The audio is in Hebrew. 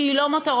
שהיא לא מותרות,